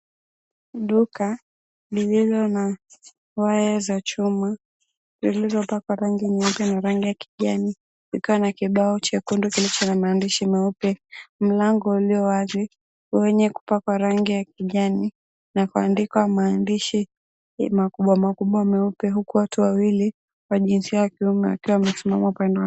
Duka lililo na waya za chuma zilizopakwa rangi nyeupe na rangi ya kijani kukiwa na kibao chekundu kilicho na maadhishi meupe. Mlango ulio wazi wenye kupakwa rangi ya kijani na kuandikwa maandishi makubwa makubwa meupe huku watu wawili wa jinsia ya kiume wakiwa wamesimama upande wa.